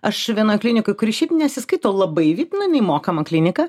aš vienoj klinikoj kuri šiaip nesiskaito labai vip nu jinai mokama klinika